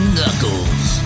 Knuckles